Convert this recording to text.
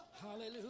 Hallelujah